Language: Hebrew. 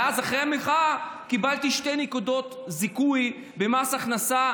ואחרי המחאה קיבלתי שתי נקודות זיכוי במס הכנסה.